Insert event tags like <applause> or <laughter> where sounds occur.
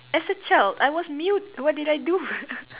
as a child I was mute what did I do <laughs>